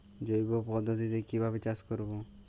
জৈব পদ্ধতিতে কিভাবে চাষ করব?